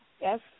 Yes